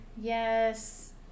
Yes